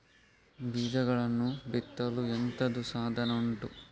ಬೀಜಗಳನ್ನು ಬಿತ್ತಲು ಎಂತದು ಸಾಧನ ಉಂಟು?